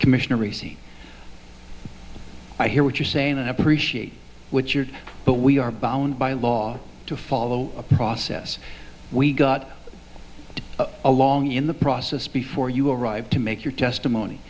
commission received i hear what you're saying and appreciate what you're but we are bound by law to follow a process we got along in the process before you arrive to make your testimony